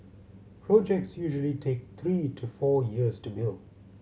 projects usually take three to four years to build